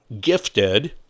gifted